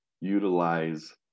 utilize